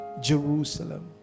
Jerusalem